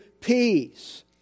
peace